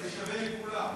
זה לא בסדר.